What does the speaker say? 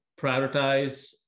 prioritize